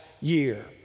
year